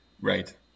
Right